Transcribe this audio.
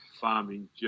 farming